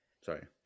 sorry